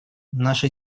наша